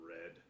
red